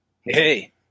hey